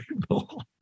people